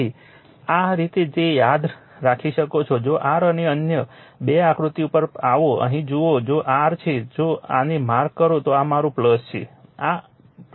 તેથી આ રીતે તે યાદ રાખી શકો છો જો r અન્ય 2 આકૃતિ પર આવો અહીં જુઓ જો આ r છે જો આને માર્ક કરો તો આ મારું છે આ છે